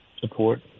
support